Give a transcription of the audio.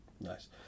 nice